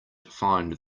find